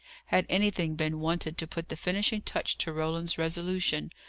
had anything been wanted to put the finishing touch to roland's resolution,